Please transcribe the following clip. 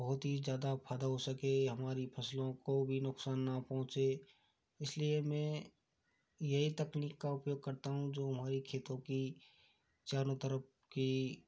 बहुत ही ज़्यादा फ़ायदा हो सके हमारी फ़सलों को भी नुक़सान ना पहुंचे इस लिए मैं यही तकनीक का उपयोग करता हूँ जो हमारी खेतों की चारों तरफ़ की